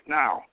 now